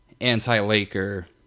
anti-Laker